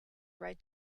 right